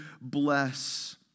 bless